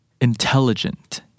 intelligent